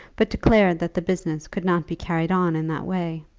but declared that the business could not be carried on in that way.